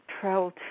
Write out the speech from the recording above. travel